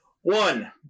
One